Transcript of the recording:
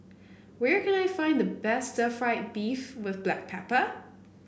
where can I find the best Stir Fried Beef with Black Pepper